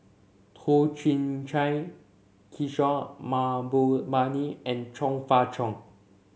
Toh Chin Chye Kishore Mahbubani and Chong Fah Cheong